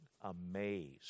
amazed